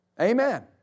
Amen